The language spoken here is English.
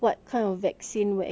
for the majority